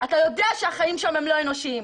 אתה יודע שהחיים שם הם לא אנושיים,